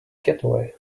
getaway